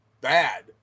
bad